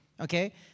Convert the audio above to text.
okay